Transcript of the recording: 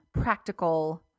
practical